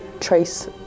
trace